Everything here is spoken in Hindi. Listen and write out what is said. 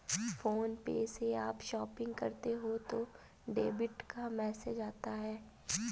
फ़ोन पे से आप शॉपिंग करते हो तो डेबिट का मैसेज आता है